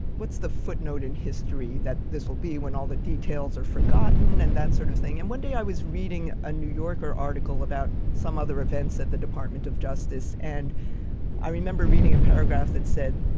what's the footnote in history that this will be when all the details are forgotten and that sort of thing. and one day i was reading a new yorker article about some other events at the department of justice. and i remember reading a paragraph that said,